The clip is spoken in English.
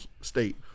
state